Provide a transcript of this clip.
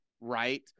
right